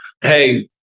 Hey-